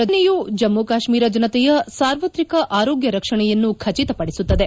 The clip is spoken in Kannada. ಈ ಯೋಜನೆಯು ಜಮ್ಮು ಕಾಶ್ವೀರ ಜನತೆಯ ಸಾರ್ವತ್ರಿಕ ಆರೋಗ್ಯ ರಕ್ಷಣೆಯನ್ನು ಖಚಿತಪಡಿಸುತ್ತದೆ